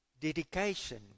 Dedication